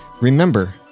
remember